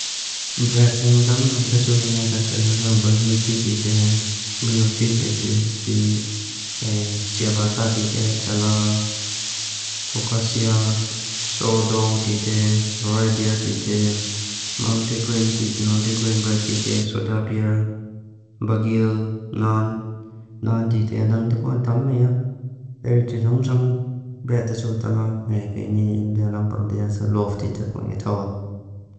Bread bingdangdang tesu ingegan sae tongsong bagiu ti tite, bioci tite, cia bata tite, cala, focaccia, sordo tite, rye beer tite, multigrain tite, multigrain bread tite, soda beer, bagiu nan, nan tite adang tepuan tammea.